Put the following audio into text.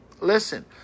listen